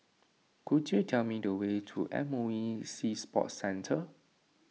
could you tell me the way to M O E Sea Sports Centre